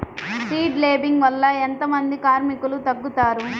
Seed లేంబింగ్ వల్ల ఎంత మంది కార్మికులు తగ్గుతారు?